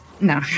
No